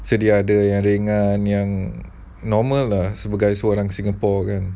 sedia ada yang ringan yang normal lah sebagai seorang singapore kan